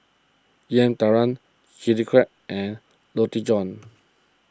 Yam Talam Chili Crab and Roti John